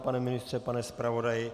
Pane ministře, pane zpravodaji?